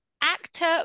actor